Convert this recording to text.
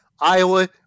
Iowa